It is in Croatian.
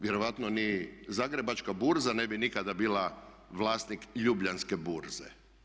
Vjerojatno ni Zagrebačka burza ne bi nikada bila vlasnik Ljubljanske burze.